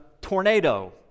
tornado